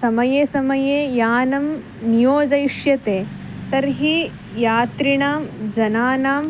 समये समये यानं नियोजयिष्यते तर्हि यात्रिणां जनानां